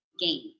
game